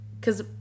cause